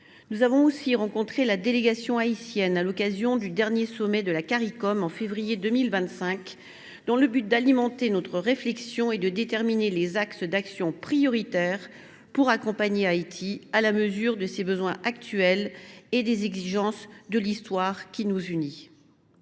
Nous avons aussi rencontré la délégation haïtienne à l’occasion du dernier sommet de la Caricom, la Communauté caribéenne, en février 2025, dans le but d’alimenter notre réflexion et de déterminer les axes d’action prioritaires pour accompagner Haïti à la mesure de ses besoins actuels et des exigences de l’histoire qui nous unit.